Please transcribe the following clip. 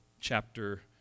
chapter